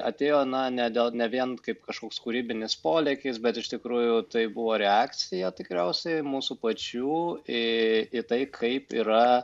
atėjo na ne dėl ne vien kaip kažkoks kūrybinis polėkis bet iš tikrųjų tai buvo reakcija tikriausiai mūsų pačių į į tai kaip yra